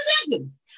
decisions